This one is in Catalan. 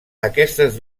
aquestes